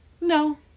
No